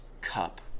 cup